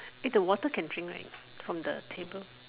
eh the water can drink right from the table